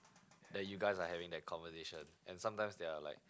that you guys are having that conversation and sometimes they are like